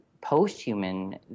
post-human